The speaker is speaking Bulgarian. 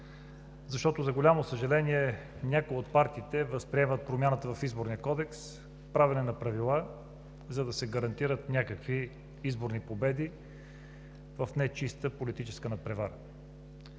защото, за голямо съжаление, някои от партиите възприемат промяната в Изборния кодекс като правене на правила, за да се гарантират някакви изборни победи в нечиста политическа надпревара.